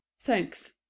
Thanks